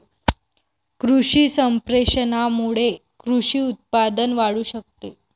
कृषी संप्रेषणामुळे कृषी उत्पादन वाढू शकते